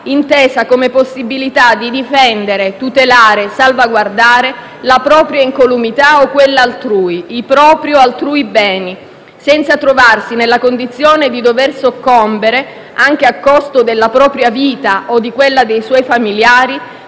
intesa come possibilità di difendere, tutelare e salvaguardare la propria incolumità o quella altrui, i propri o altrui beni, senza trovarsi nella condizione di dover soccombere, anche a costo della propria vita o di quella dei suoi familiari,